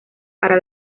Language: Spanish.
para